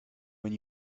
when